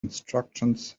instructions